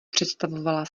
představovala